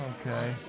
Okay